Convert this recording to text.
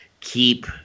keep